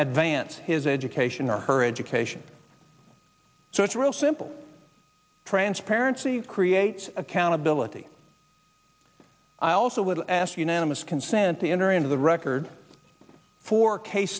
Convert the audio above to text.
at vance his education or her education so it's real simple transparency creates accountability i also would ask unanimous consent to enter into the record four case